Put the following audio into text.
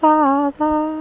Father